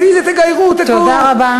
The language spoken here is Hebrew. לפי זה תגיירו, תדעו.